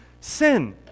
sin